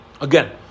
Again